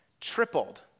tripled